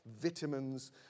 vitamins